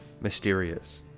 mysterious